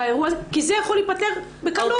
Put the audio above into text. כי זה יכול להיפתר בקלות.